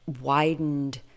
widened